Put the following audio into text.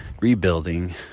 rebuilding